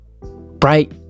bright